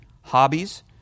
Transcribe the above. hobbies